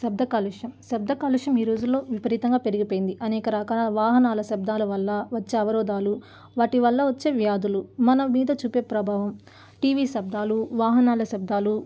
శబ్ద కాలుష్యం శబ్ద కాలుష్యం ఈ రోజుల్లో విపరీతంగా పెరిగిపోయింది అనేకరకాల వాహనాల శబ్దాల వల్ల వచ్చే అవరోధాలు వాటి వల్ల వచ్చే వ్యాధులు మన మీద చూపే ప్రభావం టీవీ శబ్దాలు వాహనాల శబ్దాలు